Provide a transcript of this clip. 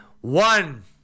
one